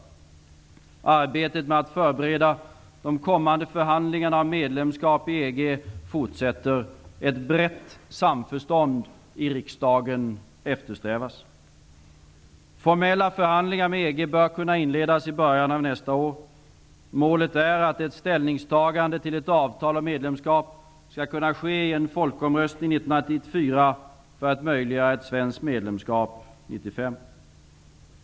Arbetet med att förbereda de kommande förhandlingarna om medlemskap i EG fortsätter. Ett brett samförstånd i riksdagen eftersträvas. Formella förhandlingar med EG bör kunna inledas i början av nästa år. Målet är att ett ställningstagande till ett avtal om medlemskap skall kunna ske i en folkomröstning 1994 för att möjliggöra ett svenskt medlemskap 1995.